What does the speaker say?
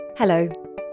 Hello